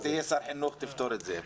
אולי כשתהיה שר חינוך, תפתור את זה.